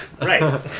Right